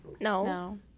No